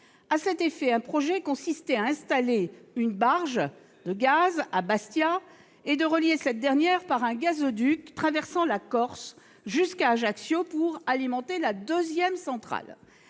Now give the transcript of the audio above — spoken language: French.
À cet effet, un projet consistait à installer une barge de gaz à Bastia et à relier cette dernière par un gazoduc traversant la Corse pour alimenter la seconde centrale